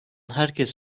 herkes